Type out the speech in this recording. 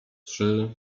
trzy